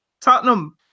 Tottenham